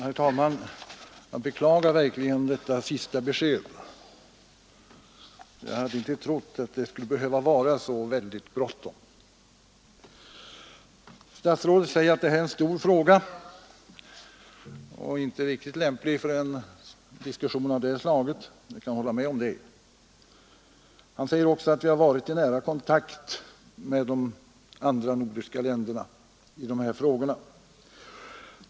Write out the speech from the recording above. Herr talman! Jag beklagar verkligen detta sista besked. Jag hade inte trott att det skulle behöva vara så bråttom. Statsrådet säger att detta är en stor fråga, som inte är riktigt lämplig för en diskussion av det här slaget. Jag kan hålla med om detta. Han säger också att vi stått i nära kontakt med de andra nordiska länderna i dessa frågor.